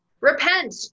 Repent